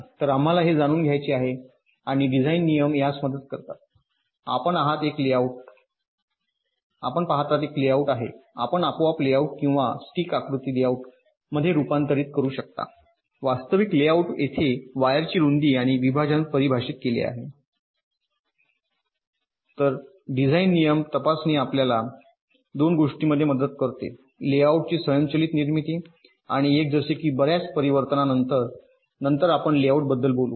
तर आम्हाला हे जाणून घ्यायचे आहे आणि डिझाइन नियम यास मदत करतात आपण आहात एक लेआउट आहे आपण आपोआप लेआउट किंवा स्टिक आकृती लेआउट मध्ये रुपांतरित करू शकता वास्तविक लेआउट जेथे वायरची रुंदी आणि विभाजन परिभाषित केले आहे तर डिझाइन नियम तपासणी आपल्याला 2 गोष्टींमध्ये मदत करते लेआउटची स्वयंचलित निर्मिती आणि एक जसे की बर्याच परिवर्तनानंतर नंतर आपण लेआउटबद्दल बोलू